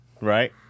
Right